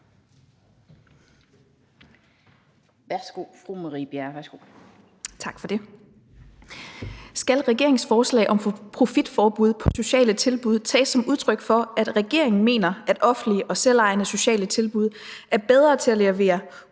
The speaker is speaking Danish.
værsgo. Kl. 15:47 Marie Bjerre (V): Tak for det. Skal regeringens forslag om profitforbud på sociale tilbud tages som udtryk for, at regeringen mener, at offentlige og selvejende sociale tilbud er bedre til at levere